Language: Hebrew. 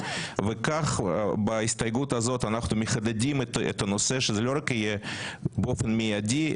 וכך בהסתייגות הזאת אנחנו מחדדים את הנושא שזה לא רק יהיה באופן מיידי,